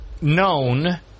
known